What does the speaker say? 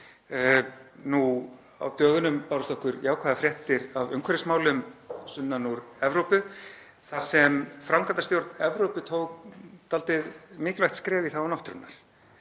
Nú á dögunum bárust okkur jákvæðar fréttir af umhverfismálum sunnan úr Evrópu þar sem framkvæmdastjórn Evrópu tók dálítið mikilvægt skref í þágu náttúrunnar.